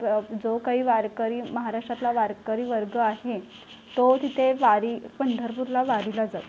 प्र जो काही वारकरी महाराष्ट्रातला वारकरी वर्ग आहे तो तिथे वारी पंढरपूरला वारीला जातो